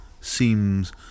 seems